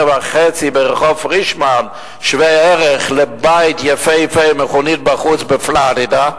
וחצי ברחוב פרישמן שוות ערך לבית יפהפה עם מכונית בחוץ בפלורידה.